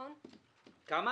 כמה